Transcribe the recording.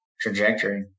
trajectory